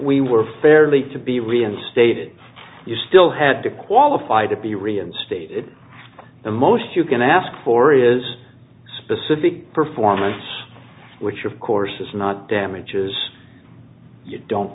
we were fairly to be reinstated you still had to qualify to be reinstated the most you can ask for is specific performance which of course is not damages you don't